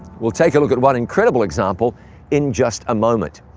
we'll take a look at one incredible example in just a moment.